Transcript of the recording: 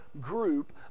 group